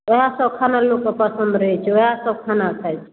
ओहे सभ खाना लोकके पसन्द रहै छै ओहे सभ खाना खाइ